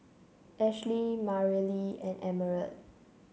Ashli Mareli and Emerald